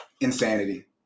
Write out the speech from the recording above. Insanity